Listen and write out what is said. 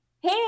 hey